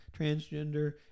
transgender